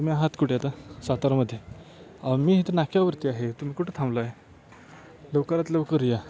तुम्ही आहात कुठे आता सातारामधे मी इथे नाक्यावरती आहे तुम्ही कुठं थांबला आहे लवकरात लवकर या